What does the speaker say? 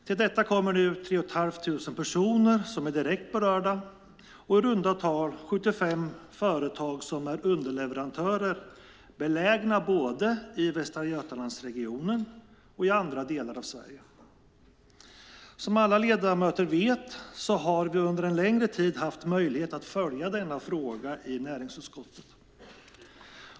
Till detta kommer nu 3 500 personer som är direkt berörda och i runda tal 75 företag som är underleverantörer belägna i både Västra Götalandsregionen och i andra delar av Sverige. Som alla ledamöter vet har vi under en längre tid haft möjlighet att följa denna fråga i näringsutskottet.